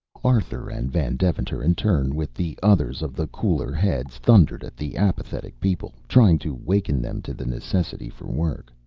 arthur and van deventer, in turn with the others of the cooler heads, thundered at the apathetic people, trying to waken them to the necessity for work.